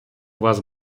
вас